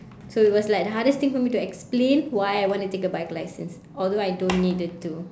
so it was like the hardest thing for me to explain why I want to take a bike license although I don't needed to